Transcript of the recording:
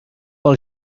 pel